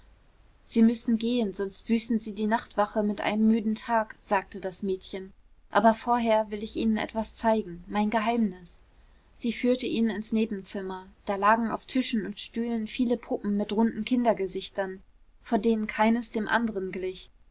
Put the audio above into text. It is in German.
sie müssen gehen sonst büßen sie die nachtwache mit einem müden tag sagte das mädchen aber vorher will ich ihnen etwas zeigen mein geheimnis sie führte ihn ins nebenzimmer da lagen auf tischen und stühlen viele puppen mit runden kindergesichtern von denen keines dem anderen glich